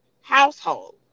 household